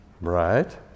Right